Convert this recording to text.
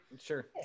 Sure